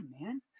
man